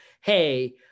hey